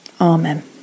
Amen